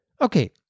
Okay